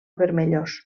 vermellós